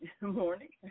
morning